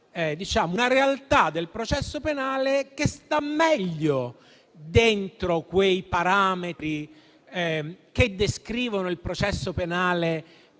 una realtà del processo penale che si inserisce meglio dentro quei parametri che descrivono il processo penale